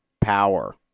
power